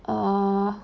err